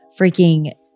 freaking